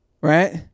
Right